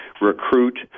recruit